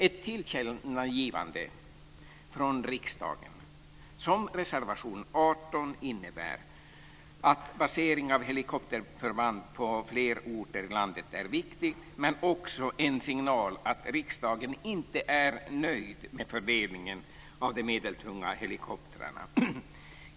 Ett tillkännagivande från riksdagen, som reservation 18 innebär, om placering av helikopterförband på fler orter i landet är viktigt men också en signal att riksdagen inte är nöjd med fördelningen av de medeltunga helikoptrarna.